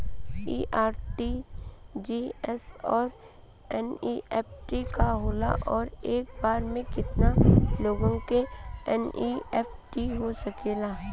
इ आर.टी.जी.एस और एन.ई.एफ.टी का होला और एक बार में केतना लोगन के एन.ई.एफ.टी हो सकेला?